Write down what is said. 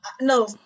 no